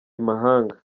imahanga